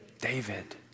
David